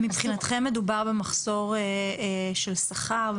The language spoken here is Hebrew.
מבחינתכם מדובר במחסור של שכר?